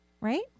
Right